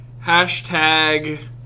hashtag